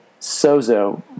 sozo